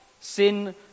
Sin